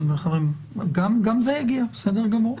גם זה יגיע, בסדר גמור.